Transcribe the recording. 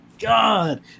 god